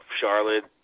Charlotte